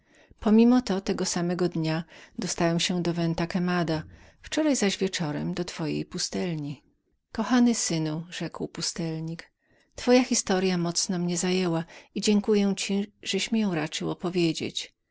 pomimo to tego samego dnia dostałem się do venta quemadaventa quemada wczoraj zaś wieczorem do twojej pustelni kochany synu rzekł pustelnik twoja historya mocno mnie zajęła i dziękuję ci żeś mi ją raczył opowiedzieć